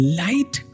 light